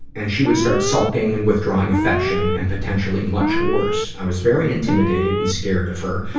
and she would start sulking and withdrawing affection and potentially much worse. i was very intimidated and scared of her,